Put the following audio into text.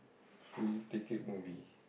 free ticket movie